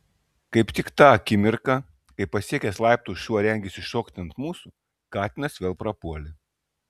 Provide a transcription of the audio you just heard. kaip tik tą akimirką kai pasiekęs laiptus šuo rengėsi šokti ant mūsų katinas vėl prapuolė